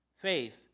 Faith